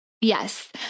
Yes